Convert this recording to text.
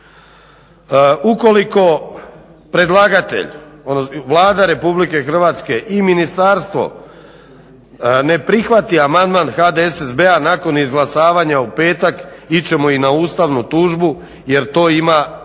Ukoliko predlagatelj, Vlada Republike Hrvatske i Ministarstvo ne prihvati amandman HDSSB-a nakon izglasavanja u petak ići ćemo i na ustavnu tužbu jer to ima